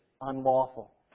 unlawful